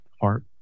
art